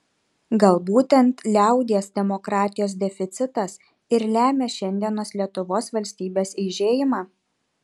gal būtent liaudies demokratijos deficitas ir lemia šiandienos lietuvos valstybės eižėjimą